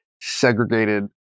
segregated